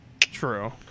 True